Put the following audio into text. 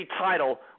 title